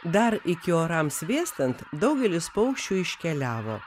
dar iki orams vėstant daugelis paukščių iškeliavo